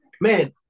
Man